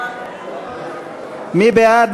מי בעד?